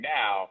now